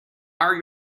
are